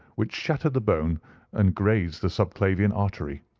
which shattered the bone and grazed the subclavian artery.